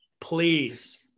Please